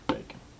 Bacon